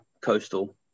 Coastal